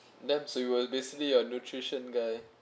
that so you were basically a nutrition guy